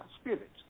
spirit